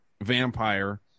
vampire